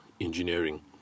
engineering